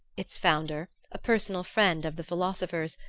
its founder, a personal friend of the philosopher's,